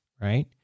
Right